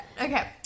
Okay